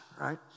right